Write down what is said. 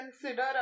consider